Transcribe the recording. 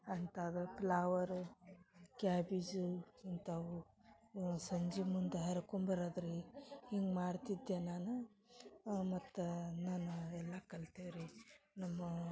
ಅಂಥಾದ್ದು flower cabbage ಇಂಥವು ಸಂಜೆ ಮುಂದ ಹರ್ಕೊಂಬರೋದು ರೀ ಹಿಂಗ್ ಮಾಡ್ತಿದ್ದೆ ನಾನು ಮತ್ತು ನನ್ನ ಎಲ್ಲ ಕಲ್ತೆ ರೀ ನಮ್ಮ